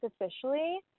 officially